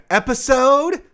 episode